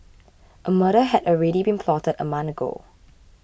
a murder had already been plotted a month ago